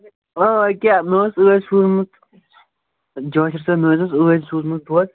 آ أکیٛاہ مےٚ اوس ٲدۍ سوٗزمُت مےٚ حَظ اوس ٲدۍ سوٗزمُت دۄد